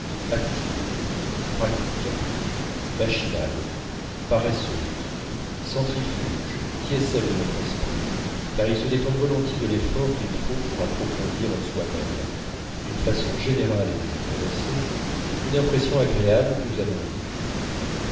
active pratique machinale paresseuse centrifuge qui est celle de notre esprit car il se détourne volontiers de l'effort qu'il faut pour approfondir en soi-même d'une façon générale et désintéressée une impression agréable que nous avons eue